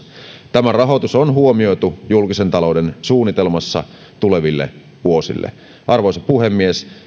tämä rahoitus on huomioitu julkisen talouden suunnitelmassa tuleville vuosille arvoisa puhemies